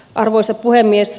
arvoisa puhemies